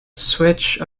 switch